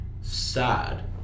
sad